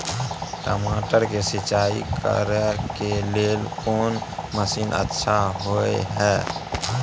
टमाटर के सिंचाई करे के लेल कोन मसीन अच्छा होय है